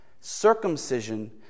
Circumcision